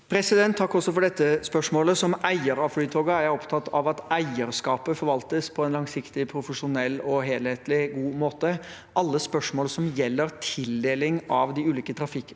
Takk også for dette spørsmålet. Som eier av Flytoget er jeg opptatt av at eierskapet forvaltes på en langsiktig, profesjonell, helhetlig og god måte. Alle spørsmål som gjelder tildeling av de ulike trafikkpakkene